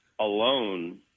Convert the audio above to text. alone